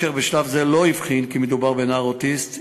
אשר בשלב זה לא הבחין כי מדובר בנער אוטיסט,